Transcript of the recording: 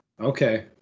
Okay